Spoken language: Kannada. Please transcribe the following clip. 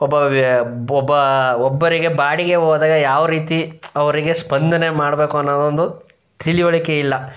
ಒಬ್ಬ ವ್ಯ ಒಬ್ಬ ಒಬ್ಬರಿಗೆ ಬಾಡಿಗೆ ಹೋದಾಗ ಯಾವ ರೀತಿ ಅವರಿಗೆ ಸ್ಪಂದನೆ ಮಾಡಬೇಕು ಅನ್ನೋದೊಂದು ತಿಳಿವಳಿಕೆ ಇಲ್ಲ